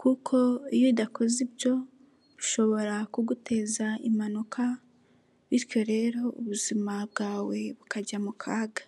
kuko iyo udakoze ibyo bishobora kuguteza impanuka bityo rero ubuzima bwawe bukajya mu kaga.